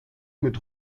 mit